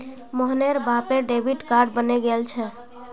मोहनेर बापेर debit card बने गेल छे